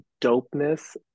dopeness